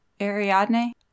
Ariadne